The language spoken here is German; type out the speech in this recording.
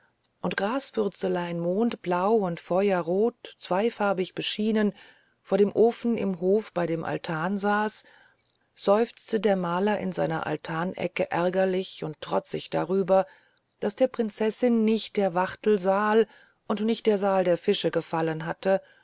und graswürzelein mondblau und feuerrot zweifarbig beschienen vor dem ofen im hof bei dem altan saß seufzte der maler in seiner altanecke ärgerlich und trotzig darüber daß der prinzessin nicht der wachtelsaal und nicht der saal der fische gefallen hatte